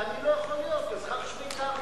ואני לא יכול להיות אזרח שוויצרי.